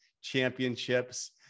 championships